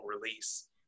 release